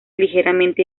ligeramente